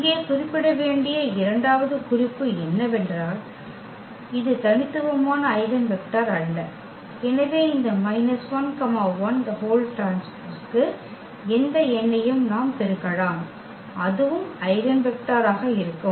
இங்கே குறிப்பிட வேண்டிய இரண்டாவது குறிப்பு என்னவென்றால் இது தனித்துவமான ஐகென் வெக்டர் அல்ல எனவே இந்த −1 1T க்கு எந்த எண்ணையும் நாம் பெருக்கலாம் அதுவும் ஐகென் வெக்டராக இருக்கும்